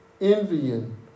envying